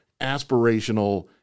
aspirational